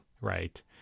right